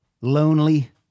lonely